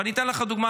אני אתן לך דוגמה,